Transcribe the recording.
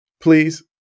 please